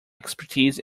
expertise